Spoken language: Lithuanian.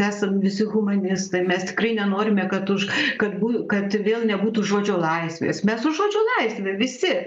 esam visi humanistai mes tikrai nenorime kad už kad bū kad vėl nebūtų žodžio laisvės mes už žodžio laisvę visi